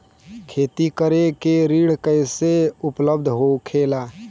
खेती करे के ऋण कैसे उपलब्ध होखेला?